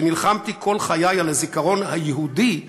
שנלחמתי כל חיי על הזיכרון היהודי,